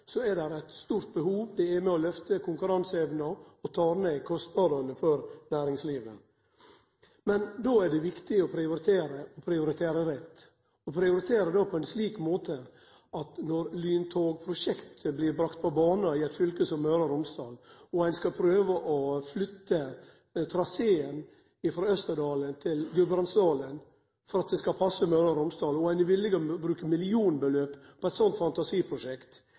er det eit stort behov, og det er med på å lyfte konkurranseevna og tek ned kostnadene for næringslivet. Då er det viktig å prioritere – og prioritere rett. Når lyntogprosjektet blir brakt på bana i eit fylke som Møre og Romsdal, og ein skal prøve å flytte traseen frå Østerdalen til Gudbrandsdalen for at det skal passe Møre og Romsdal, og ein er villig til å bruke millionbeløp på eit sånt fantasiprosjekt,